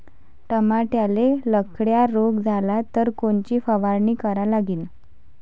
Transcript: टमाट्याले लखड्या रोग झाला तर कोनची फवारणी करा लागीन?